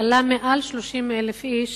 עלה מעל 30,000 איש,